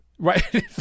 Right